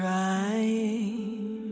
Trying